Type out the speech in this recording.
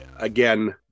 again